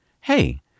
hey